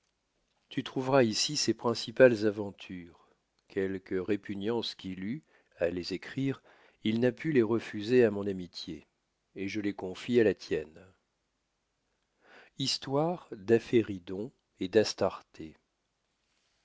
tu trouveras ici ses principales aventures quelque répugnance qu'il eût à les écrire il n'a pu les refuser à mon amitié et je les confie à la tienne d'aphéridon et